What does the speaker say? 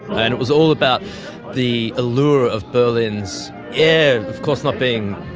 and it was all about the allure of berlin's air of course not being,